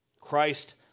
Christ